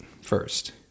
first